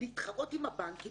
להתחרות עם הבנקים,